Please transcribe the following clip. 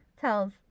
Tells